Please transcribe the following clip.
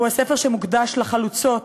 הוא הספר שמוקדש לחלוצות